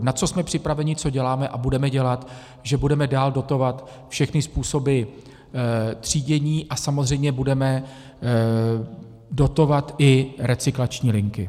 Na co jsme připraveni, co děláme a budeme dělat, že budeme dál dotovat všechny způsoby třídění a samozřejmě budeme dotovat i recyklační linky.